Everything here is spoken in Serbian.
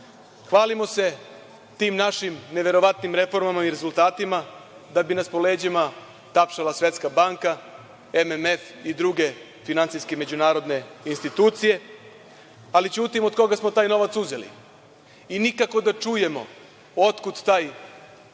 se tim našim neverovatnim reformama i rezultatima da bi nas po leđima tapšala Svetska banka, MMF i druge međunarodne finansijske institucije, ali ćutimo od koga smo taj novac uzeli. Nikako da čujemo otkud taj suficit